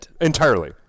Entirely